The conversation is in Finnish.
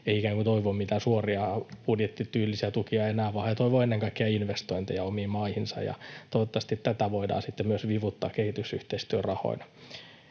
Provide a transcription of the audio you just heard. toivo mitään suoria budjettityylisiä tukia enää vaan he toivovat ennen kaikkea investointeja omiin maihinsa. Toivottavasti tätä voidaan sitten myös vivuttaa kehitysyhteistyörahoina.